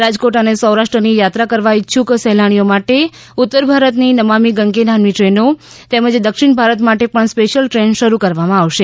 રાજકોટ અને સૌરાષ્ટ્રની યાત્રા કરવા ઇચ્છુક સહેલાણીઓ માટે ઉત્તર ભારતની નમામિ ગંગે નામની ટ્રેનો તેમજ દક્ષિણ ભારત માટે પણ સ્પેશ્યલ ટ્રેન શરૂ કરવામાં આવશે